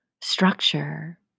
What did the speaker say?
structure